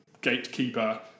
gatekeeper